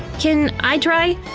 can i try?